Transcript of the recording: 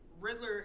Riddler